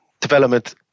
development